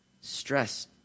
stress